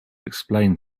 explain